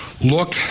look